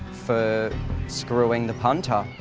for screwing the punter.